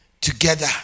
together